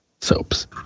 soaps